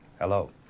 Hello